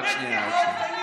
רק שנייה.